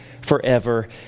forever